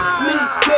sneak